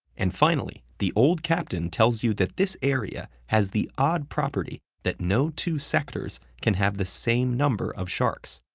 and finally, the old captain tells you that this area has the odd property that no two sectors can have the same number of sharks,